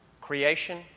creation